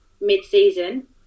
mid-season